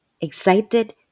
Excited